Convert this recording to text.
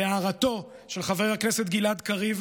להערתו של חבר הכנסת גלעד קריב,